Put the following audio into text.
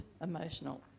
emotional